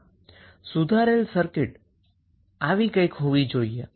તેથી સુધારેલ સર્કિટ આવી કંઈક હોવી જોઈએ